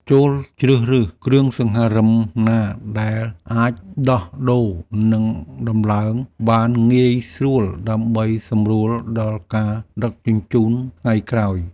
ចូរជ្រើសរើសគ្រឿងសង្ហារិមណាដែលអាចដោះដូរនិងដំឡើងបានងាយស្រួលដើម្បីសម្រួលដល់ការដឹកជញ្ជូនថ្ងៃក្រោយ។